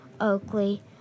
Oakley